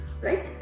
right